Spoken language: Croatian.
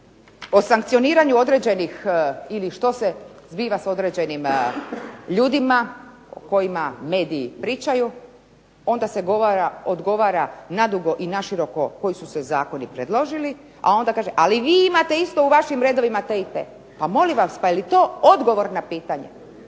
o sankcioniranju određenih ili što se zbiva s određenim ljudima o kojima mediji pričaju onda se odgovara na dugo i na široko koji su se zakoni predložili. A onda kaže ali vi imate isto u vašim redovima te i te. Pa molim vas! Pa je li to odgovor na pitanje?